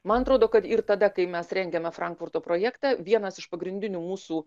man atrodo kad ir tada kai mes rengėme frankfurto projektą vienas iš pagrindinių mūsų